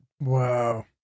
Wow